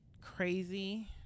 crazy